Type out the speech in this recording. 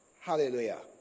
Hallelujah